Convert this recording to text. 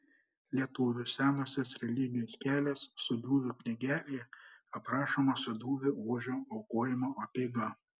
lietuvių senosios religijos kelias sūduvių knygelėje aprašoma sūduvių ožio aukojimo apeiga